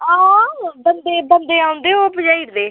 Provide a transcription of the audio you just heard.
हां बंदे बंदे औंदे ओह् पजाई ओड़दे